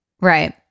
Right